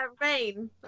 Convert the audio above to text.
Rain